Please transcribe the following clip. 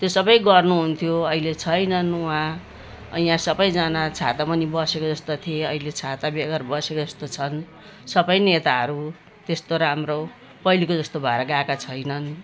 त्यो सबै गर्नुहुन्थ्यो अहिले छैनन् उहाँ यहाँ सबैजना छातामुनि बसेको जस्तो थिए अहिले छाताबेगर बसेको जस्तो छन् सबै नेताहरू त्यस्तो राम्रो पहिलेको जस्तो भएर गएका छैनन्